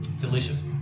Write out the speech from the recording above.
Delicious